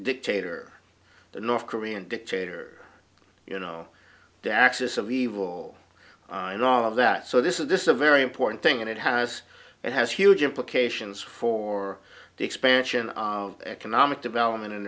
dictator the north korean dictator you know the axis of evil and all of that so this is a very important thing and it has it has huge implications for the expansion of economic development in